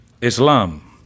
Islam